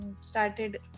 started